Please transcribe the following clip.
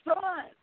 son